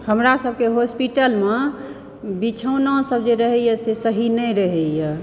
हमरा सभके हॉस्पिटलमे बिछौना सब जे रहैया से सही नहि रहैया